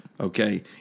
Okay